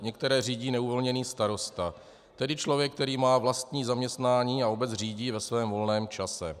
Některé řídí neuvolněný starosta, tedy člověk, který má vlastní zaměstnání a obec řídí ve svém volném čase.